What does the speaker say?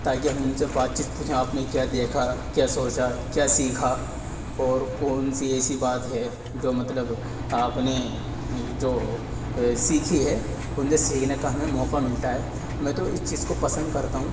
تاکہ ہم ان سے بات چیت پوچھیں آپ نے کیا دیکھا کیا سوچا کیا سیکھا اور کون سی ایسی بات ہے جو مطلب آپ نے جو سیکھی ہے ان سے سیکھنے کا ہمیں موقع ملتا ہے میں تو اس چیز کو پسند کرتا ہوں